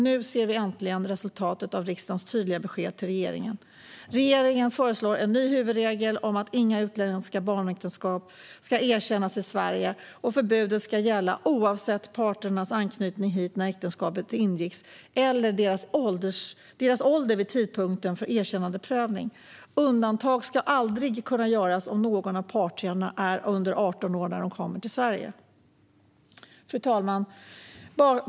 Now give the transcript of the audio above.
Nu ser vi äntligen resultatet av riksdagens tydliga besked till regeringen. Regeringen föreslår en ny huvudregel om att inga utländska barnäktenskap ska erkännas i Sverige. Förbudet ska gälla oavsett parternas anknytning hit när äktenskapet ingicks eller deras ålder vid tidpunkten för erkännandeprövning. Undantag ska aldrig kunna göras om någon av parterna är under 18 år när de kommer till Sverige. Fru talman!